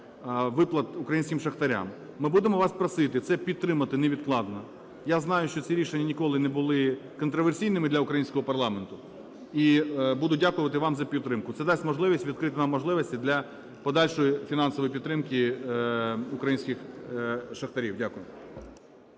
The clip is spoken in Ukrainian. виплат українським шахтарям. Ми будемо вас просити це підтримати невідкладно. Я знаю, що ці рішення ніколи не були контраверсійними для українського парламенту, і буду дякувати вам за підтримку. Це дасть можливість відкрити нам можливості для подальшої фінансової підтримки українських шахтарів. Дякую.